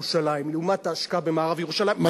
במזרח-ירושלים לעומת ההשקעה במערב-ירושלים,